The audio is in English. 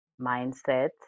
mindset